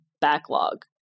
backlog